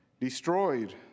destroyed